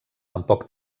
tampoc